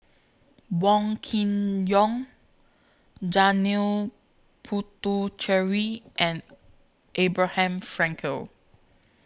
Wong Kin Jong Janil Puthucheary and Abraham Frankel